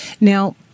Now